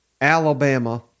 Alabama